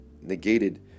negated